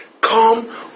come